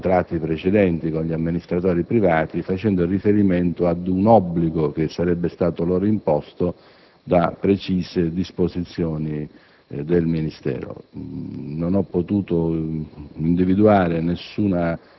disdettato i contratti precedenti con gli amministratori privati, facendo riferimento ad un obbligo che sarebbe stato loro imposto da precise disposizioni del Ministero. Non ho potuto